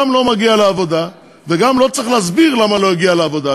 גם לא מגיע לעבודה וגם לא צריך להסביר למה לא הגיע לעבודה,